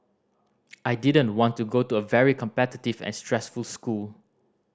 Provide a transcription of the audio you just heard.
I didn't want to go into a very competitive and stressful school